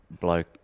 bloke